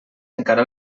encara